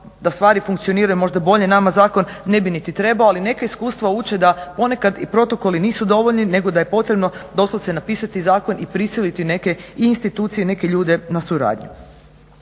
da stvari funkcioniraju možda bolje nama zakon ne bi niti trebao ali neka iskustva uče da ponekad i protokoli nisu dovoljni nego da je potrebno doslovce napisati zakon i prisiliti neke i institucije i neke ljude na suradnju.